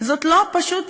זאת לא פשוט,